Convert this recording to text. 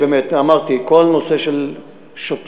אמרתי: כל הנושא של שוטרים,